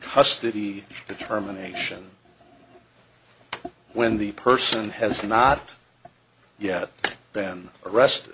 custody determination when the person has not yet been arrest